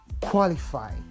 Qualify